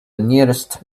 nearest